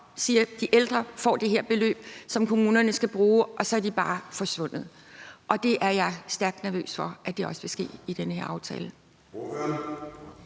sagt, at de ældre får det her beløb, som kommunerne skal bruge, og så er de bare forsvundet. Og det er jeg stærkt nervøs for også vil ske med den her aftale.